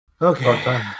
Okay